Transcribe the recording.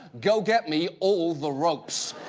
go get me all the ropes.